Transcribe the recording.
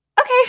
Okay